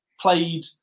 played